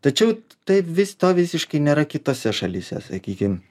tačiau taip vis to visiškai nėra kitose šalyse sakykim